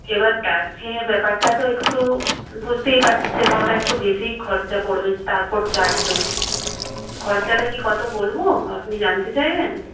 এবার দার্জিলিংয়ের ব্যাপারটা তো একটু বুঝতেই পারছেন ওটা একটু বেশিই খরচা পড়বে তারপর চারজন খরচাটা কি কত বলবো আপনি জানতে চাইবেন